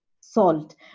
salt